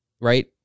right